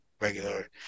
regular